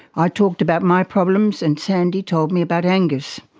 i talked about my problems and sandy told me about angus,